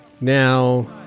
Now